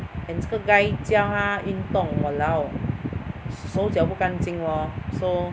and 这个 guy 教她运动 !walao! 手脚不干净 lor so